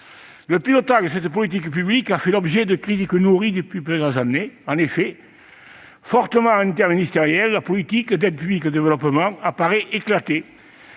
Le pilotage de cette politique publique a fait l'objet de critiques nourries depuis plusieurs années. En effet, fortement interministérielle, la politique d'aide publique au développement apparaît éclatée,